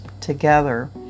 together